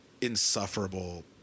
insufferable